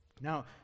Now